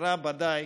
בקצרה ודאי,